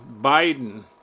Biden